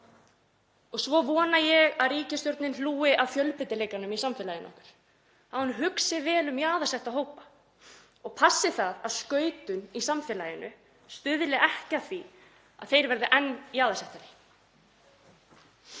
Svo vona ég að ríkisstjórnin hlúi að fjölbreytileikanum í samfélaginu okkar, að hún hugsi vel um jaðarsetta hópa og passi það að skautun í samfélaginu stuðli ekki að því að þeir verði enn jaðarsettari.